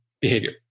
behavior